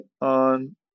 on